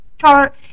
chart